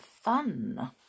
Fun